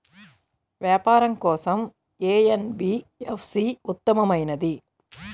వ్యాపారం కోసం ఏ ఎన్.బీ.ఎఫ్.సి ఉత్తమమైనది?